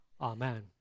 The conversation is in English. Amen